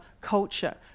culture